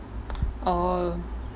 oh